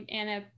Anna